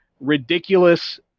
ridiculous